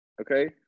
okay